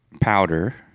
powder